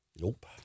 Nope